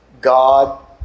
God